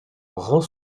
rend